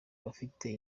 abafite